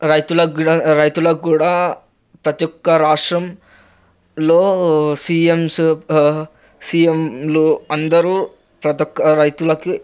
రైతులకి కూడా రైతులకి కూడా ప్రతి ఒక్క రాష్ట్రంలో సీఎంస్ సీఎంలు అందరూ ప్రతొక్క రైతులకు